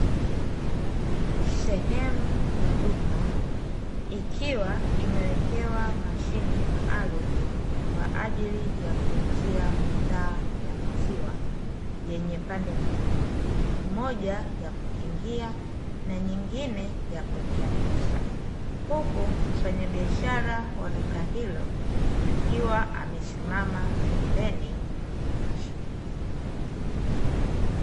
Sehemu ya duka ikiwa imewekewa mashine maalumu kwa ajili ya kuuzia bidhaa ya maziwa yenye pande mbili, moja ya kukingia na nyingine ya kuwekea pesa. Huku mfanyabiashara wa duka hilo akiwa amesimama pembeni ya mashine hiyo.